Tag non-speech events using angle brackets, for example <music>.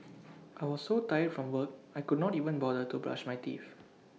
<noise> I was so tired from work I could not even bother to brush my teeth